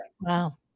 Wow